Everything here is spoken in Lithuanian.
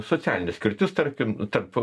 socialinė skirtis tarkim tarp